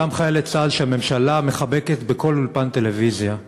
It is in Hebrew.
אלה אותם חיילי צה"ל שהממשלה מחבקת בכל אולפן טלוויזיה.